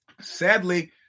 Sadly